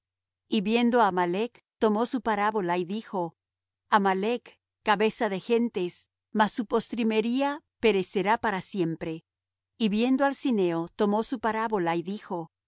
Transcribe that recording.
y viendo á amalec tomó su parábola y dijo amalec cabeza de gentes mas su postrimería perecerá para siempre y viendo al cineo tomó su parábola y dijo